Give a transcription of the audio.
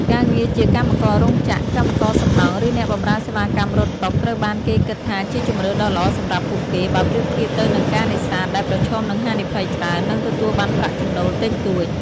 ការងារជាកម្មកររោងចក្រ កម្មករសំណង់ ឬអ្នកបម្រើសេវាកម្មរត់តុ ត្រូវបានគេគិតថាជាជម្រើសដ៏ល្អសម្រាប់ពួកគេ បើប្រៀបធៀបទៅនឹងការនេសាទដែលប្រឈមនឹងហានិភ័យច្រើន និងទទួលបានប្រាក់ចំណូលតិចតួច។